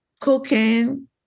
Cooking